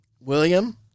William